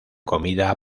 comida